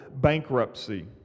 bankruptcy